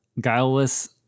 guileless